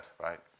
right